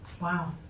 Wow